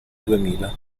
duemila